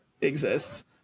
exists